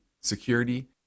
security